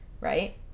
Right